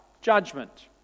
judgment